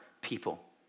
people